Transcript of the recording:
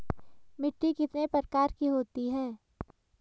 मिट्टी कितने प्रकार की होती है?